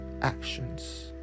actions